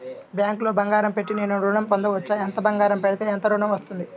బ్యాంక్లో బంగారం పెట్టి నేను ఋణం పొందవచ్చా? ఎంత బంగారం పెడితే ఎంత ఋణం వస్తుంది?